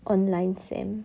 online semester